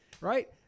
right